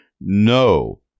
No